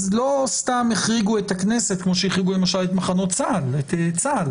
לא סתם החריגו את הכנסת - כמו שהחריגו למשל את מחנות צה"ל ואת צה"ל